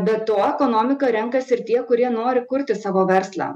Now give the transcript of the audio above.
be to ekonomiką renkasi ir tie kurie nori kurti savo verslą